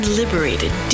liberated